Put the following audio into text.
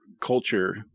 culture